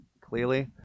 clearly